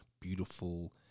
beautiful